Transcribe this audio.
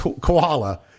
koala-